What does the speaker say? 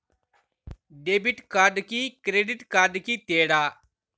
Debit కార్డుకి credit కార్డుకి తేడా?